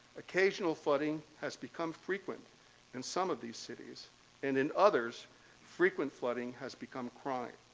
occasional flooding has become frequent in some of these cities and in others frequent flooding has become chronic.